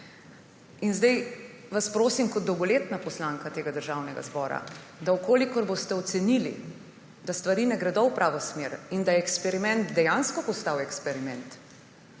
In zdaj vas prosim kot dolgoletna poslanka tega Državnega zbora, da boste, če boste ocenili, da stvari ne gredo v pravo smer in da je eksperiment dejansko postal eksperiment,